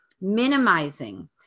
Minimizing